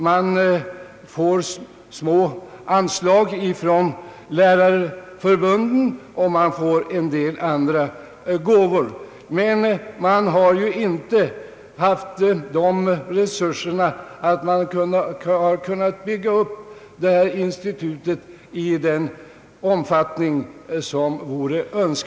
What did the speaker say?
Man får små anslag från lärarförbunden, och man får en del andra gåvor, men man har inte haft resurser att bygga upp institutet i önskvärd omfattning.